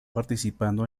participando